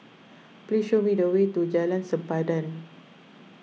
please show me the way to Jalan Sempadan